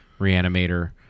reanimator